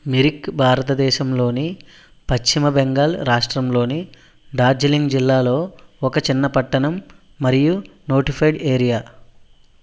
మిరిక్ భారతదేశంలోని పశ్చిమ బెంగాల్ రాష్ట్రంలోని డార్జిలింగ్ జిల్లాలో ఒక చిన్నపట్టణం మరియు నోటిఫైడ్ ఏరియా